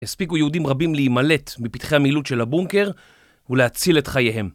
הספיקו יהודים רבים להימלט מפתחי המילוט של הבונקר, ולהציל את חייהם.